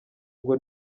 ngo